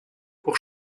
pour